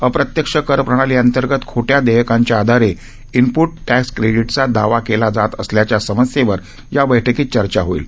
अप्रत्यक्ष कर प्रणालीअंतर्गत खोट्या देयकांच्या आधारे इनप्ट टक्क्स क्रेडिटचा दावा केला जात असल्याच्या समस्येवर या बैठकीत चर्चा होईल